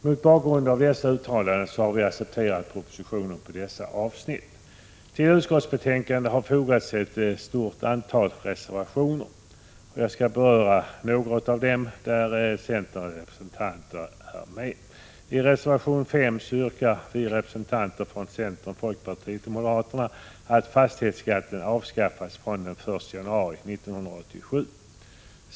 Mot bakgrund av dessa uttalanden har vi accepterat propositionen i dessa avsnitt. Till utskottsbetänkandet har fogats ett stort antal reservationer. Jag skall beröra några av de reservationer där centerns representanter är med. I reservation 5 yrkar vi reservanter från centern, folkpartiet och moderaterna att fastighetsskatten avskaffas från den 1 januari 1987.